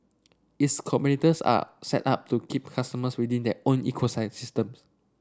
its competitors are set up to keep customers within their own ecosystems